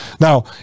Now